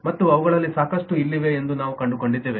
ಮತ್ತು ಅವುಗಳಲ್ಲಿ ಸಾಕಷ್ಟು ಇಲ್ಲಿವೆ ಎಂದು ನಾವು ಕಂಡುಕೊಂಡಿದ್ದೇವೆ